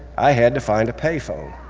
i had to find a payphone,